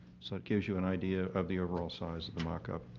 so it gives you an idea of the overall size of the mockup.